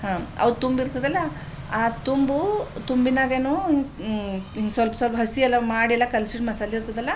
ಹಾಂ ಅವು ತುಂಬಿರ್ತದಲ್ಲ ಆ ತುಂಬು ತುಂಬಿನಾಗೇನು ಇನ್ನು ಸ್ವಲ್ಪ ಸ್ವಲ್ಪ ಹಸಿಯೆಲ್ಲ ಮಾಡಿಯೆಲ್ಲ ಕಲ್ಸಿದ ಮಸಾಲೆ ಇರ್ತದಲ್ಲ